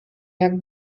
jak